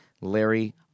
Larry